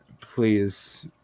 please